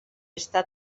està